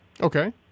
Okay